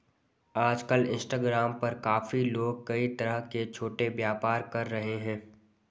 आजकल इंस्टाग्राम पर काफी लोग कई तरह के छोटे व्यापार कर रहे हैं